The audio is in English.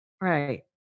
Right